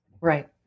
Right